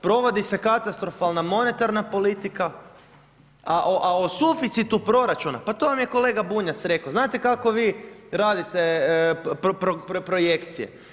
Provodi se katastrofalna monetarna politika, a o suficitu proračuna, pa to vam je kolega Bunjac rekao, znate kako vi radite projekcije.